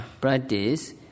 practice